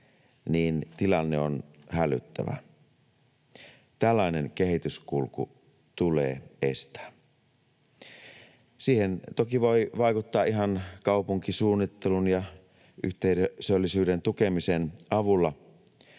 niin tilanne on hälyttävä. Tällainen kehityskulku tulee estää. Siihen toki voi vaikuttaa ihan kaupunkisuunnittelun ja yhteisöllisyyden tukemisen avulla,